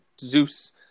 Zeus